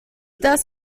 das